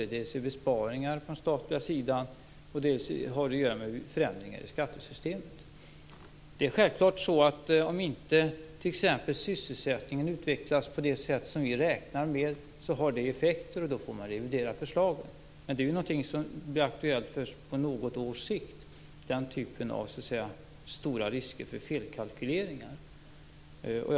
Dels är det besparingar på den statliga sidan, dels har det att göra med förändringar i skattesystemet. Det är självklart så att om inte t.ex. sysselsättningen utvecklas på det sätt som vi räknar med, har det effekter. Då får man revidera förslagen. Men den typen av stora risker för felkalkyleringar är något som blir aktuellt först på något års sikt.